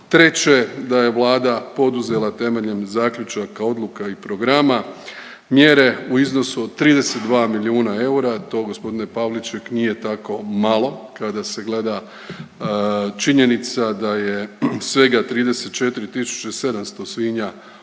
Treće, da je Vlada poduzela temeljem zaključaka, odluka i programa mjere u iznosu od 32 milijuna eura. To gospodine Pavliček nije tako malo kada se gleda činjenica da je svega 34700 svinja usmrćeno